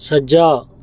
ਸੱਜਾ